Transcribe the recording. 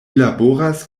laboras